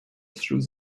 through